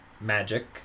magic